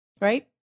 right